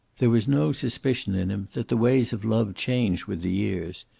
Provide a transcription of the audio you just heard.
there was no suspicion in him that the ways of love change with the years,